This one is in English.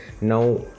Now